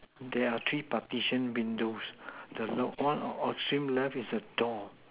there are three partition windows the low one on extreme left is the door